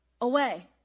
away